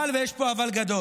אבל, ויש פה אבל גדול,